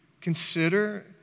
consider